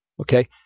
okay